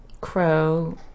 Crow